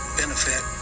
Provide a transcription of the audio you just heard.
benefit